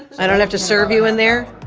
i don't have to serve you in there?